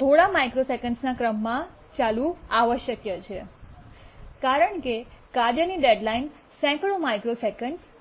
થોડા માઇક્રોસેકન્ડ્સના ક્રમમાં ચાલવું આવશ્યક છે કારણ કે કાર્યની ડેડ્લાઇન સેંકડો માઇક્રોસેકન્ડ્સ છે